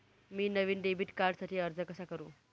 मी नवीन डेबिट कार्डसाठी अर्ज कसा करु?